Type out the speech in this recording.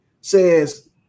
says